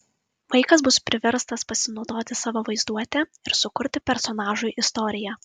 vaikas bus priverstas pasinaudoti savo vaizduote ir sukurti personažui istoriją